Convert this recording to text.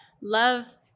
love